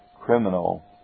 criminal